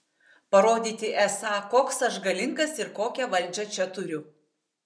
parodyti esą koks aš galingas ir kokią valdžią čia turiu